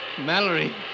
Mallory